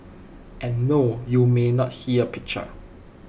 and no you may not see A picture